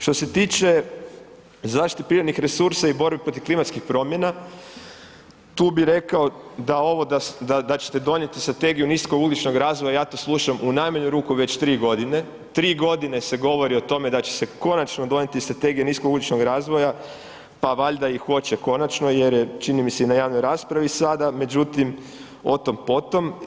Što se tiče zaštite prirodnih resursa i borbe protiv klimatskih promjena, tu bi rekao da ćete donijeti Strategiju nisko ugljičnog razvoja, ja to slušam u najmanju ruku već 3 g., 3 g. se govori o tome da će se konačno donijeti Strategija nisko ugljičnog razvoja pa valjda i hoće konačno jer je čini mi se i na javnoj raspravi sada međutim, o tom potom.